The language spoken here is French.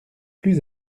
plus